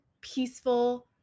peaceful